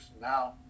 Now